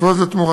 ו"עוז לתמורה".